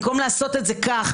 במקום לעשות את זה כך,